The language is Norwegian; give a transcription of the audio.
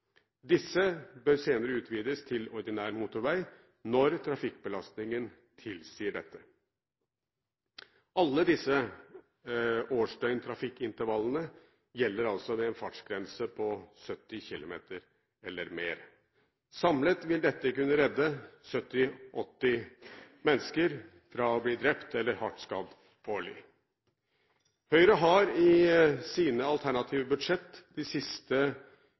Disse bør senere utvides til ordinær motorvei når trafikkbelastningen tilsier dette. Alle disse årsdøgntrafikkintervallene gjelder altså ved en fartsgrense på 70 km/t eller mer. Samlet vil dette kunne redde 70–80 mennesker årlig fra å bli drept eller hardt skadd. Høyre har i sine alternative budsjett de siste